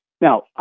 Now